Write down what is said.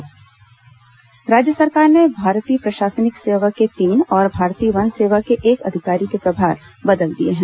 तबादला राज्य सरकार ने भारतीय प्रशासनिक सेवा के तीन और भारतीय वन सेवा के एक अधिकारी के प्रभार बदल दिए हैं